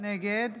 נגד